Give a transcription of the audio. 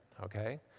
okay